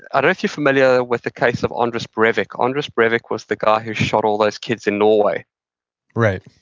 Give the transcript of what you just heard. i don't know if you're familiar with the case of anders breivik. anders breivik was the guy who shot all those kids in norway right.